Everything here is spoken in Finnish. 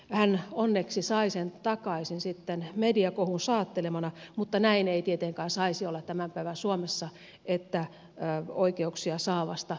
hän onneksi sai sen takaisin sitten mediakohun saattelemana mutta näin ei tietenkään saisi olla tämän päivän suomessa että oikeuksia saa vasta mediakohun jälkeen